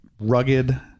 rugged